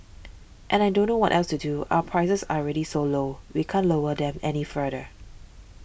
and I don't know what else to do our prices are already so low we can't lower them any further